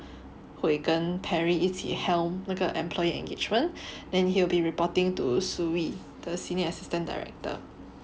会跟 Perry 一起 helm 那个 employee engagement and he'll be reporting to Suyi the senior assistant director